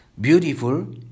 beautiful